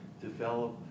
develop